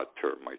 termites